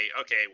Okay